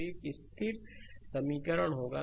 तो एक स्थिर समीकरण रहेगा